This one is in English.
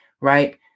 right